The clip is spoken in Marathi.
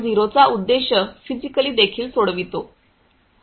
0 चा उद्देश फिजिकली देखील सोडवितो